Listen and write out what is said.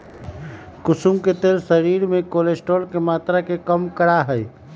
कुसुम के तेल शरीर में कोलेस्ट्रोल के मात्रा के कम करा हई